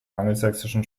angelsächsischen